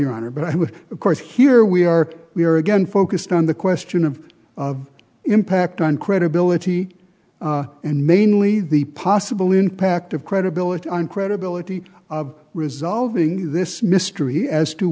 your honor but i would of course here we are we are again focused on the question of impact on credibility and mainly the possible impact of credibility on credibility of resolving this mystery as to